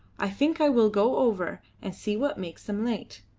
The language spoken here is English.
i think i will go over and see what makes them late.